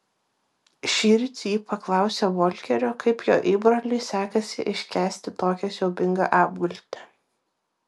šįryt ji paklausė volkerio kaip jo įbroliui sekasi iškęsti tokią siaubingą apgultį